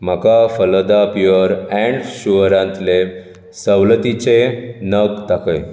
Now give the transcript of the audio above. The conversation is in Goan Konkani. म्हाका फलदा प्युअर अँड शुअरांतले सवलतीचे नग दाखय